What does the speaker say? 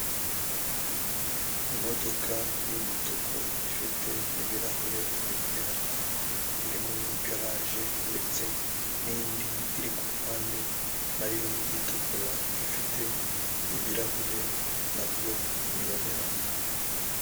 Imodoka y'umutuku ifite ibirahure bibonerana, iri mu igaraje, ndetse n'indi iri kuruhande na yo itukura, ifite ibirahure na byo bibonerana.